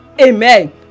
Amen